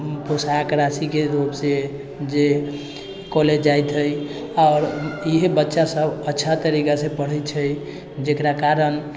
पोशाक राशिके लोभसँ जे कॉलेज जाइत हइ आओर इएह बच्चासब अच्छा तरीकासँ पढ़ै छै जकरा कारण